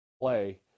play